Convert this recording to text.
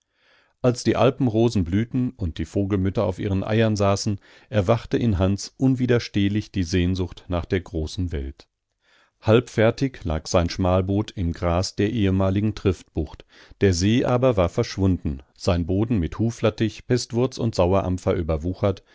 als die alpenrosen blühten und die vogelmütter auf ihren eiern saßen erwachte in hans unwiderstehlich die sehnsucht nach der großen welt halbfertig lag sein schmalboot im gras der ehemaligen triftbucht der see aber war verschwunden sein boden mit huflattich pestwurz und sauerampfer überwuchert